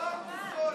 חוצפן.